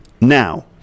now